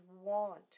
want